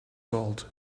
world